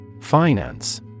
Finance